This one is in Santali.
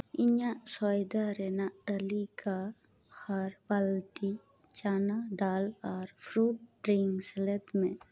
ᱤᱧᱟᱹᱜ ᱥᱚᱭᱫᱟ ᱨᱮᱱᱟᱜ ᱛᱟᱹᱞᱤᱠᱟ ᱟᱨ ᱯᱟᱞᱴᱤ ᱪᱟᱱᱟ ᱰᱟᱞ ᱟᱨ ᱯᱷᱨᱩᱴ ᱰᱨᱤᱝᱠᱥ ᱥᱮᱞᱮᱫ ᱢᱮ